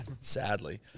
Sadly